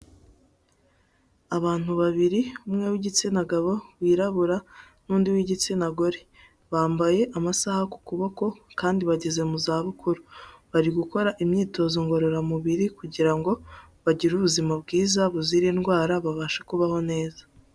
Abantu babiri umwe w'igitsina gabo wirabura n'undi w'igitsina gore bambaye amasaha ku kuboko kandi bageze mu za bukuru bari gukora imyitozo ngororamubiri kugira ngo bagire ubuzima bwiza buzira indwara babashe kubaho neza.